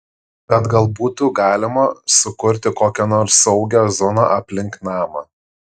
bet gal būtų galima sukurti kokią nors saugią zoną aplink namą